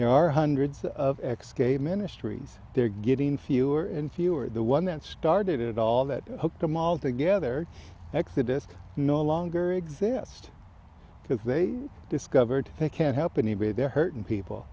there are hundreds of xscape ministries there getting fewer and fewer the one that started all that took them all together exodus no longer exist because they discovered they can't help anybody they're hurting people